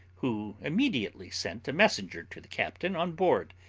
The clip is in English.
who immediately sent a messenger to the captain on board,